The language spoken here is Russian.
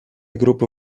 группы